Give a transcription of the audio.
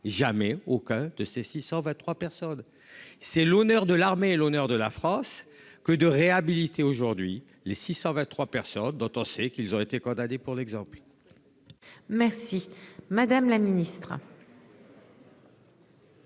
jamais aucun de ses 623 personnes c'est l'honneur de l'armée et l'honneur de la France que de réhabiliter aujourd'hui les 623 personnes dont on sait qu'ils auraient été condamné pour l'exemple. Merci madame la ministre.